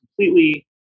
completely